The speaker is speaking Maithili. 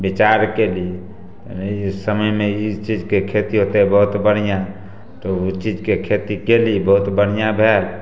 विचार कयली अइ समयमे ई चीजके खेती होतय बहुत बढ़िआँ तऽ उ चीजके खेती कयली बहुत बढ़िआँ भेल